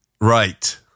Right